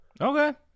Okay